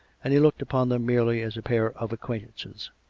and he looked upon them merely as a pair of acquaintances,